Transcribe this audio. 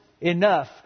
enough